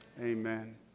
Amen